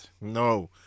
No